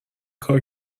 کارو